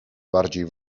bardziej